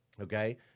Okay